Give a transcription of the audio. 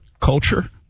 culture